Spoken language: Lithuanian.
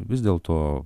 vis dėlto